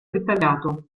dettagliato